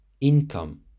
income